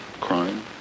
crime